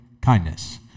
kindness